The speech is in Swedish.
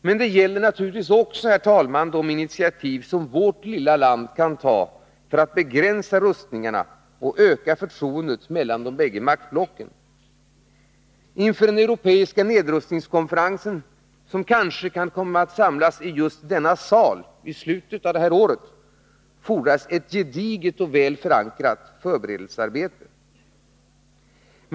Men det gäller naturligtvis också, herr talman, de initiativ som vårt lilla land kan ta för att begränsa rustningarna och öka förtroendet mellan de bägge maktblocken. Inför den europeiska nedrustningskonferens som kanske kommer att samlas i just denna sal i slutet av detta år fordras ett gediget och väl förankrat förberedelsearbete.